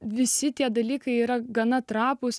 visi tie dalykai yra gana trapūs